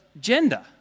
gender